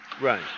Right